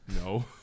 No